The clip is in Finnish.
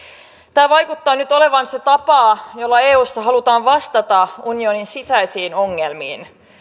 tämä vaikuttaa nyt olevan se tapa jolla eussa halutaan vastata unionin sisäisiin ongelmiin